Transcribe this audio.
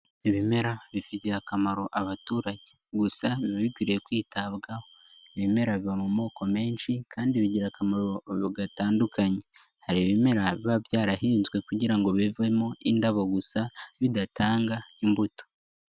Ibimera bifitiye akamaro abaturage gusaba biba bikwiriye kwitabwaho. Ibimera biba mu moko menshi kandi bigira akamaro gatandukanye. Hari ibimera biba byarahinzwe kugira ngo bivemo indabo gusa bidatanga imbuto.